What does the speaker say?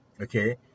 okay